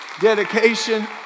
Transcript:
dedication